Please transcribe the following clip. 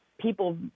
people